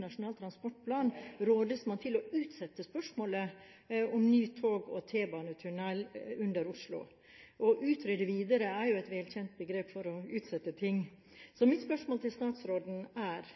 Nasjonal transportplan rådes man til å utsette spørsmålet om ny tog- og T-banetunnel under Oslo. Å utrede videre er jo et velkjent begrep for å utsette ting. Mitt spørsmål til statsråden er: